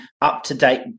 up-to-date